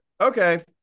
Okay